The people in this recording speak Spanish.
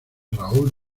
raúl